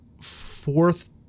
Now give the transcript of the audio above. fourth